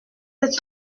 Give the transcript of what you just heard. êtes